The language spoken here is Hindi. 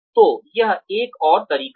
तो यह एक और तरीका है